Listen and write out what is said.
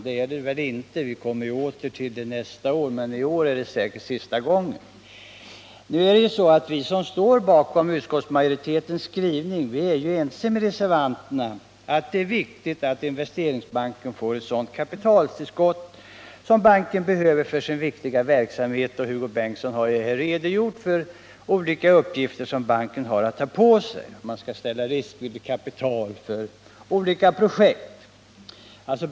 Det är det väl inte — vi återkommer ju till frågan nästa år — men det är säkert sista gången i år. Vi som står bakom utskottsmajoritetens skrivning är ense med reservanterna om att det är viktigt att Investeringsbanken får ett sådant kapitaltillskott som banken behöver för sin viktiga verksamhet, och Hugo Bengtsson har här redogjort för de uppgifter banken har, nämligen att ställa riskvilligt kapital till förfogande för olika projekt.